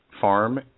farm